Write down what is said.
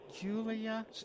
Julia